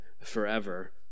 forever